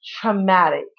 traumatic